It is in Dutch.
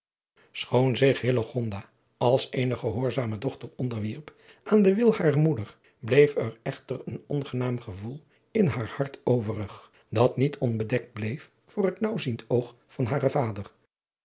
schoon zich hillegonda als eene gehoorzame dochter onderwierp aan den wil harer moeder bleef er echter een onaangenaam gevoel in haar hart overig dat niet onbedekt bleef voor het naauwziend oog van haren vader